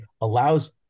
allows